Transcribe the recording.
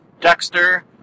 Dexter